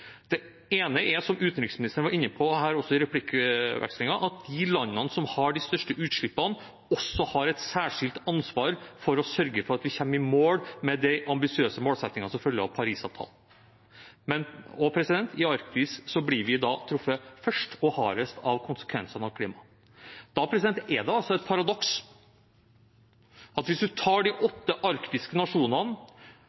Det ene er, som utenriksministeren var inne på her også, i replikkvekslingen, at de landene som har de største utslippene, også har et særskilt ansvar for å sørge for at vi kommer i mål med de ambisiøse målsettingene som følger av Parisavtalen. I Arktis blir vi truffet først og hardest av konsekvensene for klimaet. Da er det et paradoks at hvis man tar de